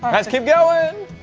let's keep going!